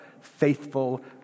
faithful